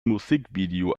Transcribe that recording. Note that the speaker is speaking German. musikvideo